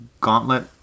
Gauntlet